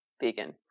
vegan